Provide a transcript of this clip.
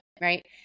right